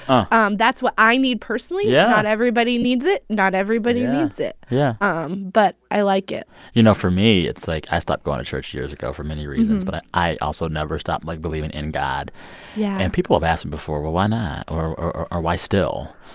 um that's what i need, personally yeah not everybody needs it. not everybody needs it yeah um but i like it you know, for me, it's like i stopped going to church years ago for many reasons, but i i also never stopped, like, believing in god yeah and people have asked me before, well, why not, or or why still?